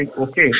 Okay